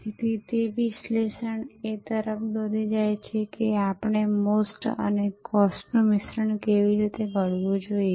તેથી તે વિશ્લેષણ એ તરફ દોરી જશે કે આપણે MOST અને COSTનું મિશ્રણ કેવી રીતે ઘડવું જોઈએ